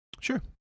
Sure